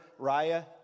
Raya